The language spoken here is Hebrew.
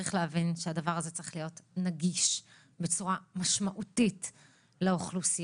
צריך להבין שהדבר הזה צריך להיות נגיש בצורה משמעותית לאוכלוסייה.